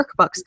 workbooks